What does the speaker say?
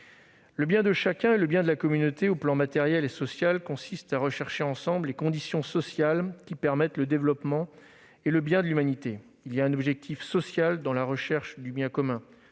Le bien de chacun et le bien de la communauté au plan matériel et social consistent à rechercher ensemble les conditions sociales qui permettent le développement et le bien de l'humanité. Il y a un objectif social dans la recherche du bien commun.